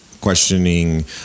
questioning